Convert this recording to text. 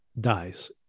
dies